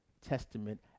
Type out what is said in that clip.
Testament